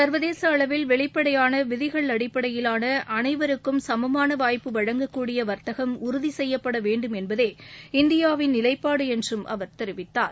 சர்வதேச அளவில் வெளிப்படையான விதிகள் அடிப்படையிலான அனைவருக்கும் சமமான வாய்ப்பு வழங்கக்கூடிய வர்த்தகம் உறுதி செய்யப்பட வேண்டும் என்பதே இந்தியாவின் நிலைப்பாடு என்று அவர் தெரிவித்தார்